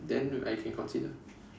then I can consider